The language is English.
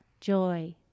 joy